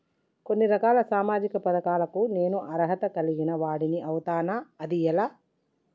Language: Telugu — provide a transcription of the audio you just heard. కొన్ని రకాల సామాజిక పథకాలకు నేను అర్హత కలిగిన వాడిని అవుతానా? అది ఎలా?